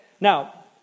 Now